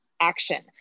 action